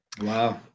Wow